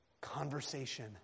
conversation